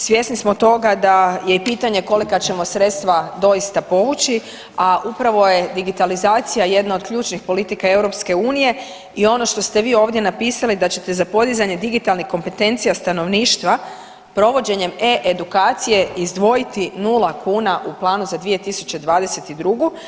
Svjesni smo toga da je i pitanje kolika ćemo sredstva doista povući, a upravo je digitalizacija jedna od ključnih politika EU i ono što ste vi ovdje napisali, da ćete za podizanje digitalnih kompetencija stanovništva provođenjem e-Edukacije izdvojiti 0 kuna u planu za 2022.